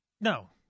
No